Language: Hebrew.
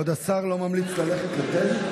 כבוד השר לא ממליץ ללכת לטרם?